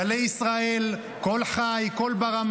זו בשורה גדולה למאזיני הרדיו בישראל.